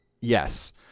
Yes